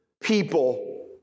people